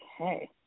Okay